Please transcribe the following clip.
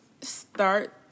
start